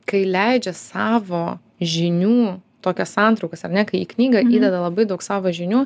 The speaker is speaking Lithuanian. kai leidžia savo žinių tokias santraukas ar ne kai į knygą įdeda labai daug savo žinių